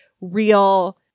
real